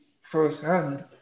firsthand